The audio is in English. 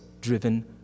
driven